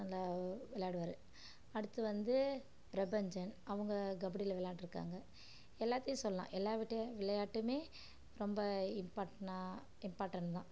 நல்லா விளாடுவாரு அடுத்து வந்து பிரபஞ்சன் அவங்க கபடியில் விளாண்டுருக்காங்க எல்லாத்துலேயும் சொல்லலாம் எல்லாம விளையாட்டும் ரொம்ப இம்பாட்டனான இம்பாட்டன் தான்